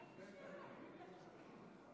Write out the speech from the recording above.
התוצאות: